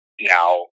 Now